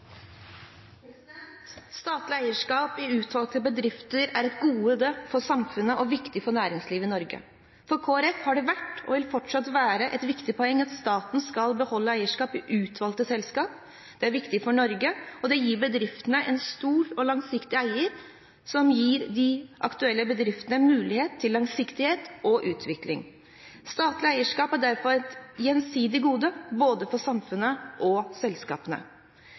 ordet. Statlig eierskap i utvalgte bedrifter er et gode for samfunnet og viktig for næringslivet i Norge. For Kristelig Folkeparti har det vært, og vil fortsatt være, et viktig poeng at staten skal beholde eierskapet i utvalgte selskaper. Det er viktig for Norge, og det gir bedriftene en stor og langsiktig eier som gir de aktuelle bedriftene mulighet til langsiktighet og utvikling. Statlig eierskap er derfor et gjensidig gode for både samfunnet og selskapene.